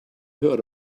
heard